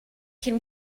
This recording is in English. can